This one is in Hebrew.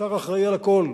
השר אחראי על הכול,